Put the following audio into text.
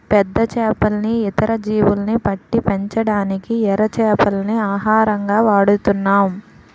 పెద్ద చేపల్ని, ఇతర జీవుల్ని పట్టి పెంచడానికి ఎర చేపల్ని ఆహారంగా వాడుతున్నాం